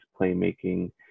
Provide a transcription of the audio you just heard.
playmaking